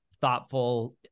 thoughtful